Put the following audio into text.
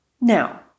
Now